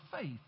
faith